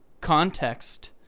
context